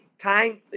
Time